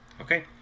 Okay